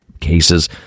cases